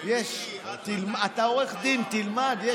אתה עורך דין, תלמד.